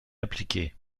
appliquées